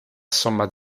somma